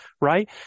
right